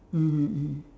mmhmm mmhmm